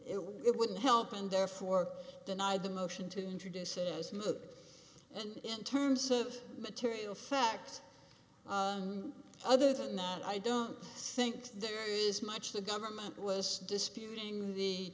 it wouldn't help and therefore deny the motion to introduce it as needed in terms of material fact other than that i don't think there is much the government was disputing the